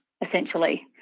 essentially